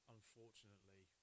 Unfortunately